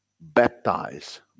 baptize